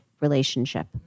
relationship